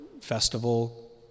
festival